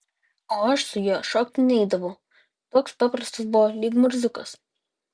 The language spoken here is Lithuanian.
o aš su juo šokti neidavau toks paprastas buvo lyg murziukas